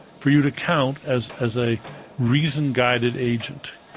for you to count as as a reason-guided agent.